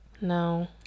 no